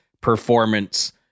performance